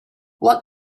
what